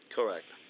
Correct